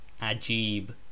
ajeeb